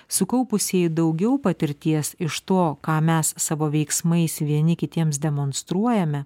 sukaupusieji daugiau patirties iš to ką mes savo veiksmais vieni kitiems demonstruojame